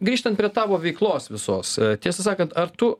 grįžtant prie tavo veiklos visos tiesą sakant ar tu